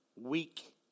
weak